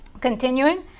Continuing